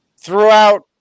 Throughout